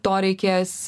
to reikės